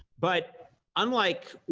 but unlike